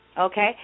Okay